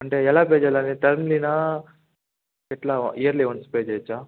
అంటే ఎలా పే చెయ్యాలి అదే టర్మ్లీనా ఎట్లా ఇయర్లీ ఒన్స్ పే చేయొచ్చా